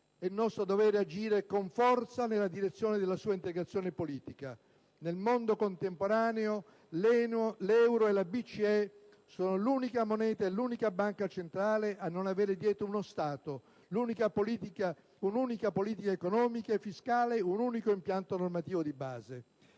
è nostro dovere agire con forza nella direzione della sua integrazione politica. Nel mondo contemporaneo l'euro e la BCE sono l'unica moneta e l'unica Banca centrale a non avere dietro uno Stato, un'unica politica economica e fiscale, un unico impianto normativo di base.